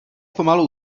pomalu